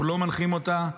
אנחנו לא מנחים אותה,